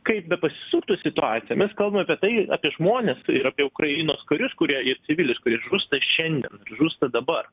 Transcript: kaip bepasisuktų situacija mes kalbam apie tai apie žmones ir apie ukrainos karius kurie ir civilius kurie žūsta šiandien ir žūsta dabar